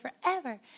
forever